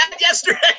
yesterday